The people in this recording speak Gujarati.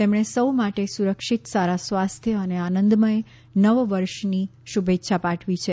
તેમણે સૌ માટે સુરક્ષિત સારા સ્વાસ્થ્ય અને આનંદમય નવ વર્ષની શુભેચ્છા પાઠવી છે